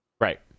Right